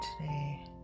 today